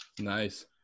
nice